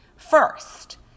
First